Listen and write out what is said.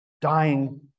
dying